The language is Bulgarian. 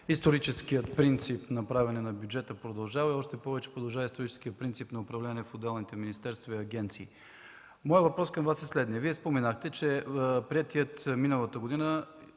историческият принцип на правене на бюджета продължава, още повече продължава историческият принцип на управление в отделните министерства и агенции. Вие споменахте, че приетият миналата година